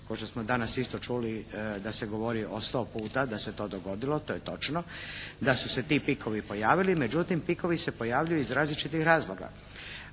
ko što smo danas isto čuli da se govori o 100 puta da se to dogodilo, to je točno. Da su se ti pikovi pojavili. Međutim pikovi se pojavljuju iz različitih razloga.